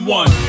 one